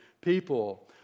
people